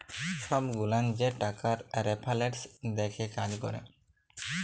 ছব গুলান যে টাকার রেফারেলস দ্যাখে কাজ ক্যরে